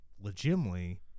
legitimately